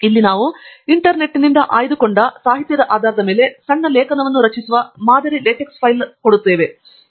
ಇಲ್ಲಿ ನಾವು ಇಂಟರ್ನೆಟ್ನಿಂದ ಆಯ್ದುಕೊಂಡ ಈ ಸಾಹಿತ್ಯದ ಆಧಾರದ ಮೇಲೆ ಸಣ್ಣ ಲೇಖನವನ್ನು ರಚಿಸುವ ಮಾದರಿ ಲಾಟೆಕ್ಸ್ ಫೈಲ್ ಇಲ್ಲಿದೆ